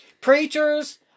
Preachers